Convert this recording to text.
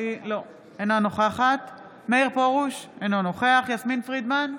אינה נוכחת מאיר פרוש, אינו נוכח יסמין פרידמן,